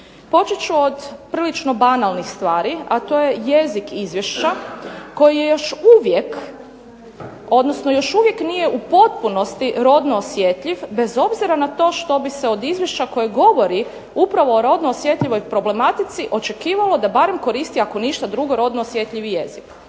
Počet ću od prilično banalnih stvari a to je jezik Izvješća koji je još uvijek odnosno još uvijek nije u potpunosti rodno osjetljiv, bez obzira što bi se od Izvješća koje govori upravo o radno osjetljivoj problematici očekivalo da barem koristi ako ništa drugo rodno osjetljivi jezik.